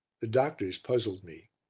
the doctors puzzled me.